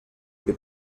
que